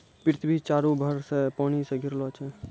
पृथ्वी चारु भर से पानी से घिरलो छै